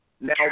Now